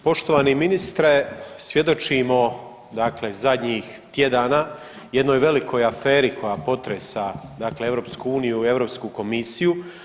Poštovani ministre, svjedočimo dakle zadnjih tjedana jednoj velikoj aferi koja potresa dakle EU i Europsku komisiju.